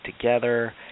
together